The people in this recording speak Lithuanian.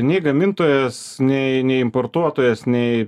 nei gamintojas nei nei importuotojas nei